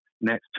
next